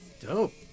Dope